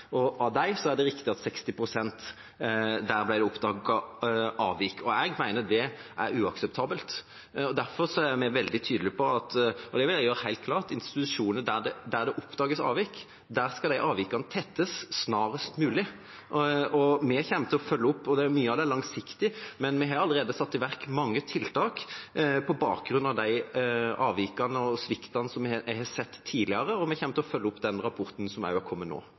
og det er riktig at det ble oppdaget avvik i 60 pst. av dem. Jeg mener det er uakseptabelt. Derfor er vi veldig tydelige på – og det vil jeg gjøre helt klart – at i institusjoner der det oppdages avvik, skal avvikene tettes snarest mulig, og vi kommer til å følge opp dette. Mye av det er langsiktig, men vi har allerede satt i verk mange tiltak på bakgrunn av de avvikene og sviktene som en har sett tidligere, og vi kommer også til å følge opp den rapporten som er kommet nå.